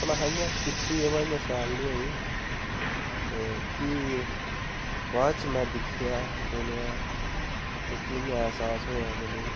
अपने शा इ'यां कीती अवां इयां शैल नी होई ते फ्ही बाद च में दिक्खेआ सुनेआ मिगी इ'यां ऐहसास होएया कि नेईं